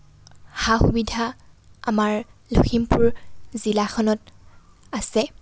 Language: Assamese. সা সুবিধা আমাৰ লখিমপুৰ জিলাখনত আছে